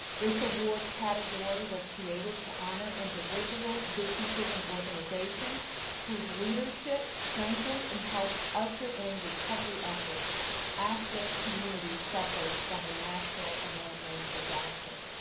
this award category was created to honor individuals, businesses and organization whose leadership strengthened and helped usher in recovery efforts after community suffered from a natural or man-made disaster.